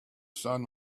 sun